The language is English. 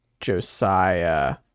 Josiah